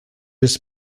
his